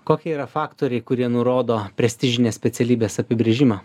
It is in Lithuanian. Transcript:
kokie yra faktoriai kurie nurodo prestižinės specialybės apibrėžimą